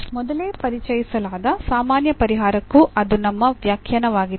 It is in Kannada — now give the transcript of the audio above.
ಮೊದಲೇ ಪರಿಚಯಿಸಲಾದ ಸಾಮಾನ್ಯ ಪರಿಹಾರಕ್ಕೂ ಅದು ನಮ್ಮ ವ್ಯಾಖ್ಯಾನವಾಗಿತ್ತು